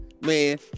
man